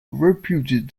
reputed